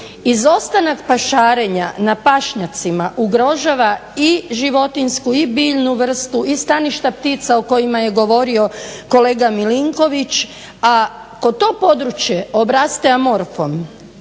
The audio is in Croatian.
Izostanak pašarenja na pašnjacima ugrožava i životinjsku i biljnu vrstu i staništa ptica o kojima je govorio kolega Milinković, a ako to područje obraste amorfom